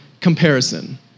comparison